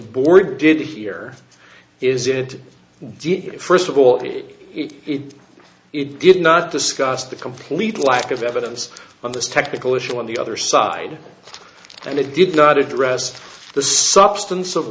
board did hear is it first of all it did not discuss the complete lack of evidence on this technical issue on the other side and it did not address the substance of